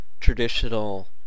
Traditional